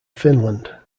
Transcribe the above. finland